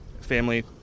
family